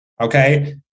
Okay